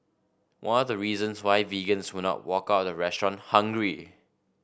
one of the reasons why vegans will not walk out of the restaurant hungry